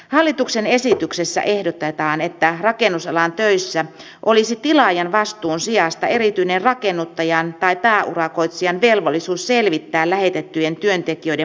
hallituksen esityksessä ehdotetaan että rakennusalan töissä olisi tilaajan vastuun sijasta erityinen rakennuttajan tai pääurakoitsijan velvollisuus selvittää lähetettyjen työntekijöiden maksamattomia palkkoja